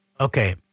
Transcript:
Okay